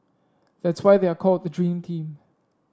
that's why they are called the dream team